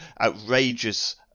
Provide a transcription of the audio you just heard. outrageous